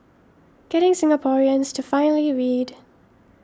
getting Singaporeans to finally read